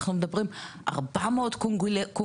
אנחנו מדברים על 400 קונגולזים,